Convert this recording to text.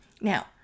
Now